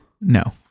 No